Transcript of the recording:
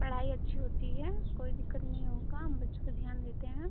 पढ़ाई अच्छी होती है कोई दिक्कत नहीं होगा हम बच्चों पर ध्यान देते हैं